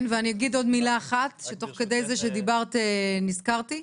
ואני אגיד עוד מילה, שתוך כדי שדיברת נזכרתי.